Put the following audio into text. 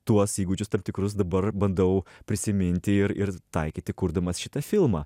tuos įgūdžius tam tikrus dabar bandau prisiminti ir ir taikyti kurdamas šitą filmą